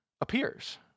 appears